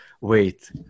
wait